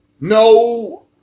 No